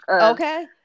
Okay